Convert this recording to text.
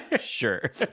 Sure